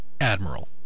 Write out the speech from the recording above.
Admiral